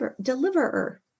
deliverer